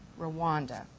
Rwanda